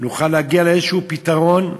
נוכל להגיע לפתרון כלשהו,